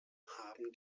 haben